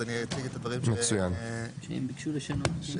אז אני אציג את הדברים שהם ביקשו לשנות.